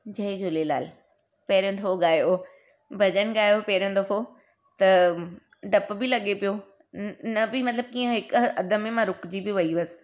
जय झूलेलाल पहिरियों थो गायो भॼन गायो पहिरियों दफ़ो त ॾपु बि लॻे पियो न बि मतिलबु कीअं हिकु अधि में मां रुकिजी वई हुअसि